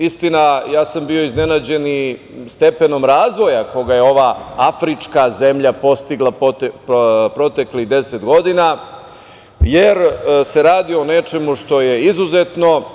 Istina, bio sam iznenađen i stepenom razvoja koji je ova afrička zemlja postigla proteklih 10 godina, jer se radi o nečemu što je izuzetno.